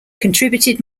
contributed